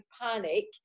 panic